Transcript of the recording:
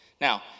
Now